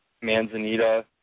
manzanita